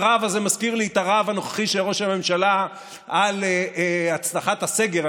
הרהב הזה מזכיר לי את הרהב הנוכחי של ראש הממשלה על הצלחת הסגר.